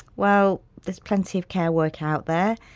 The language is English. well, there's plenty of care work out there.